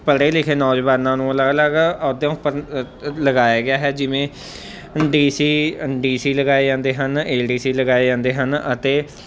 ਪੜ੍ਹੇ ਲਿਖੇ ਨੌਜਵਾਨਾਂ ਨੂੰ ਅਲੱਗ ਅਲੱਗ ਅਹੁਦਿਆਂ ਉੱਪਰ ਲਗਾਇਆ ਗਿਆ ਹੈ ਜਿਵੇਂ ਡੀ ਸੀ ਡੀ ਸੀ ਲਗਾਏ ਜਾਂਦੇ ਹਨ ਏ ਡੀ ਸੀ ਲਗਾਏ ਜਾਂਦੇ ਹਨ ਅਤੇ